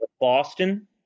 Boston